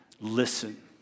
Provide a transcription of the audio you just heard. Listen